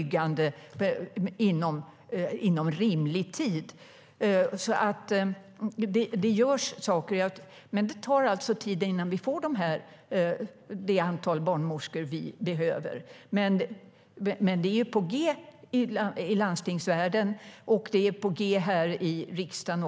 Stefan Attefall gjorde det. Men det är ju på gång i landstingsvärlden, och det är på gång också här i riksdagen.